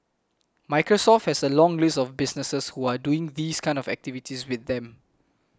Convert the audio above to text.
microsoft has a long list of businesses who are doing these kind of activities with them